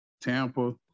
Tampa